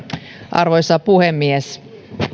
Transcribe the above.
arvoisa puhemies